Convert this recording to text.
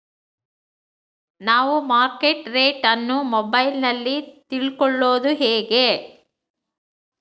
ನಾವು market rate ಅನ್ನು ಮೊಬೈಲಲ್ಲಿ ತಿಳ್ಕಳೋದು ಹೇಗೆ?